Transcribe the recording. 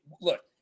look